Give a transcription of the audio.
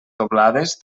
doblades